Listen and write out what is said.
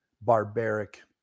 barbaric